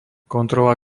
kontrola